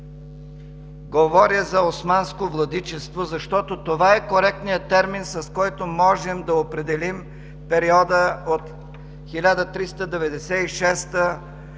говоря за „османско владичество“, защото това е коректният термин, с който можем да определим периода от 1396-а